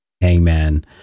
Hangman